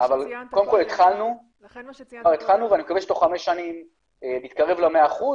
אבל קודם כל התחלנו ואני מקווה שתוך חמש שנים נתקרב ל -100%,